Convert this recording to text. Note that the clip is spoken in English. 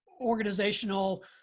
organizational